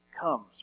comes